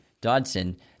Dodson